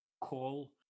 call